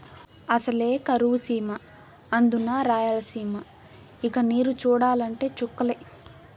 అసలే కరువు సీమ అందునా రాయలసీమ ఇక నీరు చూడాలంటే చుక్కలే